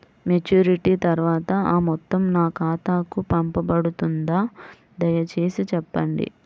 Maturity తర్వాత ఆ మొత్తం నా ఖాతాకు పంపబడుతుందా? దయచేసి చెప్పండి?